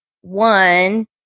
one